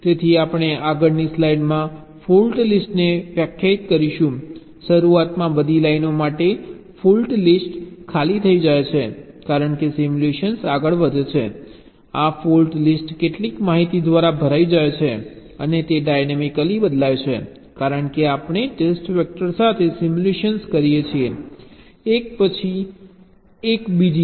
તેથી આપણે આગળની સ્લાઈડમાં ફોલ્ટ લિસ્ટને વ્યાખ્યાયિત કરીશું શરૂઆતમાં બધી લાઈનો માટે ફોલ્ટ લિસ્ટ ખાલી થઈ જાય છે કારણ કે સિમ્યુલેશન આગળ વધે છે આ ફોલ્ટ લિસ્ટ કેટલીક માહિતી દ્વારા ભરાઈ જાય છે અને તે ડાયનેમિકલી બદલાય છે કારણ કે આપણે ટેસ્ટ વેક્ટર સાથે સિમ્યુલેટ કરીએ છીએ એક પછી એક બીજી